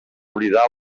oblidar